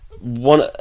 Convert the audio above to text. one